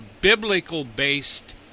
biblical-based